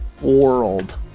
world